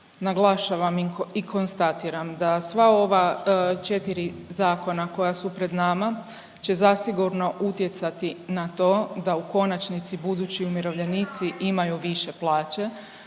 naglašavam i konstatiram da sva ova 4 zakona koja su pred nama će zasigurno utjecati na to da u konačnici budući umirovljenici imaju više plaće,